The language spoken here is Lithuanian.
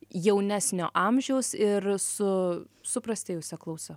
jaunesnio amžiaus ir su suprastėjusia klausa